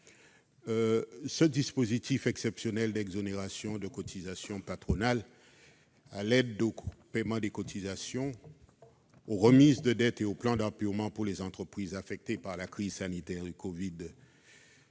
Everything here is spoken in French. le dispositif exceptionnel d'exonération de cotisations patronales, à l'aide au paiement des cotisations, aux remises de dettes et aux plans d'apurement pour les entreprises affectées par la crise sanitaire du covid-19,